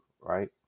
right